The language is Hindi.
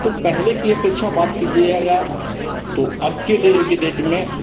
तो पहले की अपेक्षा की बात कीजिएगा तो अब के डे के डेट में